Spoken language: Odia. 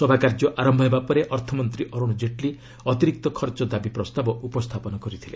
ସଭା କାର୍ଯ୍ୟ ଆରମ୍ଭ ହେବା ପରେ ଅର୍ଥମନ୍ତ୍ରୀ ଅରୁଣ କେଟଲୀ ଅତିରିକ୍ତ ଖର୍ଚ୍ଚ ଦାବି ପ୍ରସ୍ତାବ ଉପସ୍ଥାପନ କରିଥିଲେ